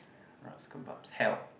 rubs kebabs help